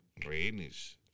rehenes